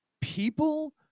people